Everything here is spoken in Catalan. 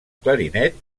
clarinet